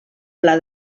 pla